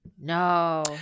No